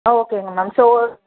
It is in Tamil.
ஆ ஓகேங்க மேம் ஸோ